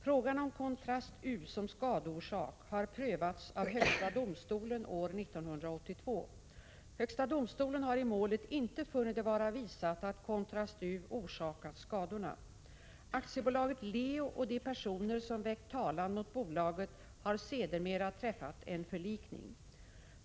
Frågan om Kontrast-U som skadeorsak har prövats av högsta domstolen år 1982. Högsta domstolen har i målet inte funnit det vara visat att Kontrast-U orsakat skadorna. AB Leo och de personer som väckt talan mot bolaget har sedermera träffat en förlikning.